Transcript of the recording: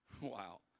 Wow